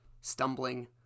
stumbling